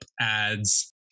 ads